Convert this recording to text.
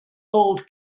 old